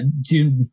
June